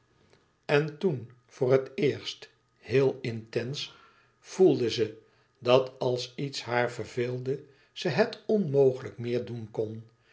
en toen voor het eerst heel intens voelde ze dat als iets haar verveelde ze het onmogelijk meer doen kon